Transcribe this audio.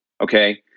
Okay